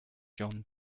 john